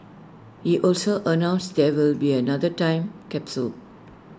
he also announced there will be another time capsule